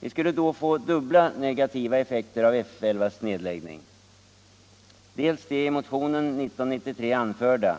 Då skulle vi få dubbla negativa effekter av F 11:s nedläggning, dels de i motionen 1993 anförda,